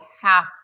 half